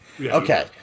Okay